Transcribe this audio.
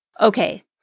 okay